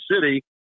city